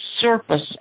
surface